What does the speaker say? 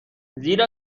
زیرا